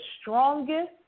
strongest